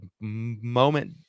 moment